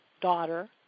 daughter